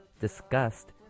disgust